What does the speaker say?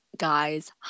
Guys